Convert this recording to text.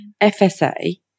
FSA